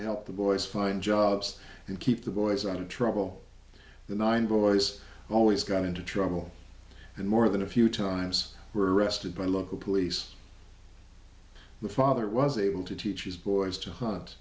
help the boys find jobs and keep the boys out of trouble the nine boys always got into trouble and more than a few times were arrested by local police the father was able to teach these boys to ho